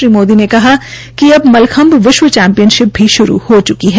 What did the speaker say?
श्री मोदी ने कहा कि अब मलखम्ब विश्व चैम्पियनशिप भी श्रू हो च्की है